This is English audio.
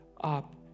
up